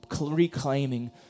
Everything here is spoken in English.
reclaiming